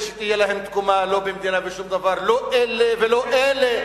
למה הוא לא הזדהה